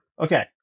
okay